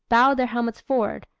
bowed their helmets forward,